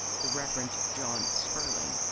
the reverend john spurling,